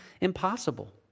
impossible